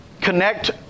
connect